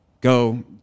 Go